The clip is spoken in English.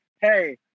hey